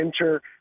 enter